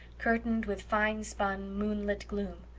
curtained with fine-spun, moonlit gloom,